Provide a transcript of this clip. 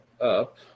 up